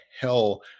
hell